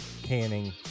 canning